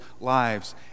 lives